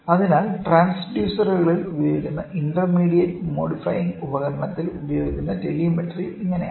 അതിനാൽ ട്രാൻസ്ഡ്യൂസറുകളിൽ ഉപയോഗിക്കുന്ന ഇന്റർമീഡിയറ്റ് മോഡിഫൈയിംഗ് ഉപകരണത്തിൽ ഉപയോഗിക്കുന്ന ടെലിമെട്രി ഇങ്ങനെയാണ്